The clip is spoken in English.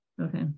Okay